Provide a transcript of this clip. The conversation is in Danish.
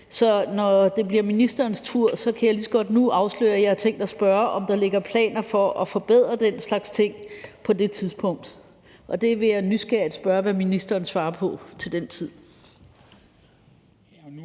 Så når det bliver ministerens tur, kan jeg lige så godt nu afsløre, at jeg har tænkt mig at spørge om, om der ligger planer for at forbedre den slags ting, på det tidspunkt. Det vil jeg nysgerrigt afvente hvad ministeren til den tid